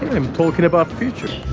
i'm talking about future!